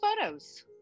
photos